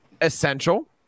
essential